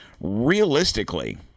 realistically